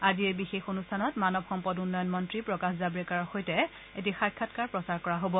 আজি এই বিশেষ অনুষ্ঠানত মানৱ সম্পদ উন্নয়ন মন্নী প্ৰকাশ জাব্ৰেকাৰৰ সৈতে সাক্ষাৎকাৰ প্ৰচাৰ কৰা হব